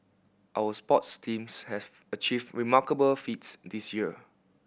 our sports teams have achieved remarkable feats this year